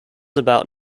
about